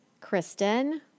Kristen